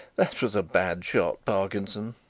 that was a bad shot, parkinson,